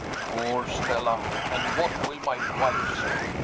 poor stella! and what will my wife say?